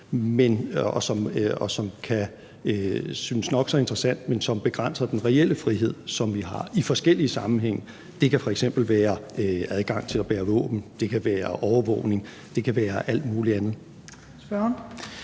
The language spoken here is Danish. og som kan synes nok så interessant, men som begrænser den reelle frihed, som vi har i forskellige sammenhænge. Det kan f.eks. være adgang til at bære våben, det kan være overvågning, og det kan være alt muligt andet.